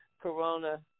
corona